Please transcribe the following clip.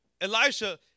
Elijah